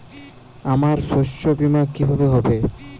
আমার শস্য বীমা কিভাবে হবে?